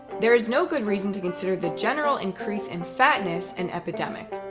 there is no good reason to consider the general increase in fatness an epidemic.